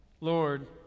Lord